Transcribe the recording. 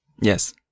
Yes